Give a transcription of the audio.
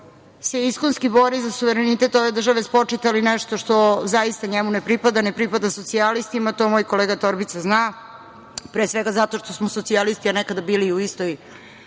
se iskonski bori za suverenitet ove države, spočitali nešto što zaista njemu ne pripada, ne pripada socijalistima, to moj kolega Torbica zna, pre svega zato što smo socijalisti, a nekada bili u istoj